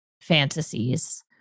fantasies